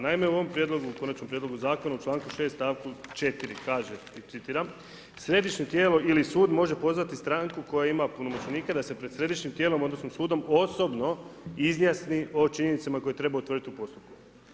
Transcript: Naime, u ovom prijedlogu, Konačnom prijedlogu Zakona u članku 6. stavku 4. kaže citiram: Središnje tijelo ili sud može pozvati stranku koja ima punomoćenika da se pred središnjim tijelom, odnosno sudom osobno izjasni o činjenicama koje treba utvrditi u postupku.